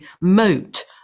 moat